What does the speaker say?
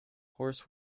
horace